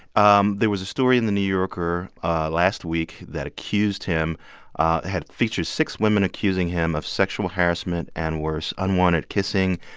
um there was a story in the new yorker last week that accused him had featured six women accusing him of sexual harassment and worse unwanted kissing,